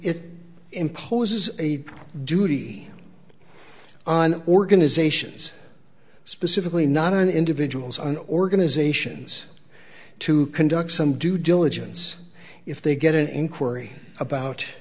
it imposes a duty on organizations specifically not on individuals and organizations to conduct some due diligence if they get an inquiry about